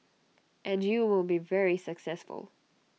and you will be very successful